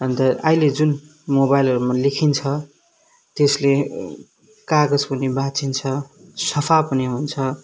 अन्त आहिले जुन मोबाइलहरूमा लेखिन्छ त्यसले कागज पनि बाँचिन्छ सफा पनि हुन्छ